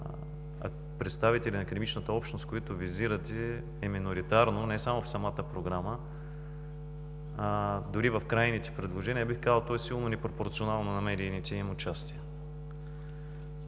представители на академичната общност, които визирате, е миноритарно не само в самата програма. Дори в крайните предложения то е силно непропорционално на медийните им участия.